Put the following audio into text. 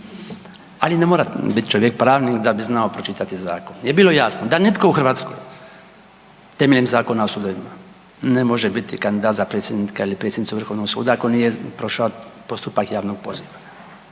ali ne mora biti čovjek pravnik da bi znao pročitati zakon, je bilo jasno, da nitko u Hrvatskoj temeljem Zakona o sudovima ne može biti kandidat za predsjednika ili predsjednicu Vrhovnog suda ako nije prošao postupak javnog poziva.